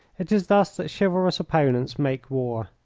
it is thus that chivalrous opponents make war.